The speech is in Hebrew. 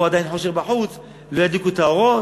יראו שעדיין חושך בחוץ ולא ידליקו את האורות?